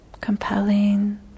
compelling